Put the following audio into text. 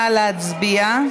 נא להצביע.